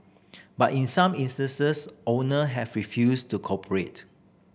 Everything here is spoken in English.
but in some instances owner have refused to cooperate